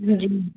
जी